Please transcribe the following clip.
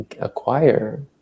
acquire